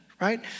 right